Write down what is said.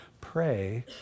pray